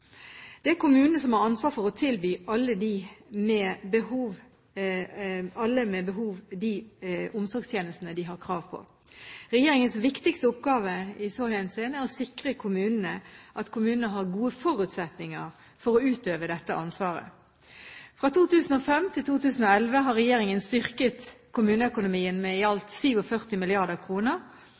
Det er kommunene som har ansvaret for å tilby alle med behov de omsorgstjenestene de har krav på. Regjeringens viktigste oppgave i så henseende er å sikre at kommunene har gode forutsetninger for å utøve dette ansvaret. Fra 2005 til 2011 har regjeringen styrket kommuneøkonomien med i alt